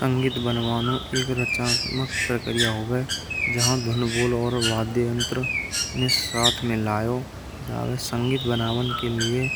संगीत बणो एक रचनात्मक प्रक्रिया हो गए। जहां धन और वाद्ययन्त्रन साथ में लायो जावे संगीत बनावत के लिए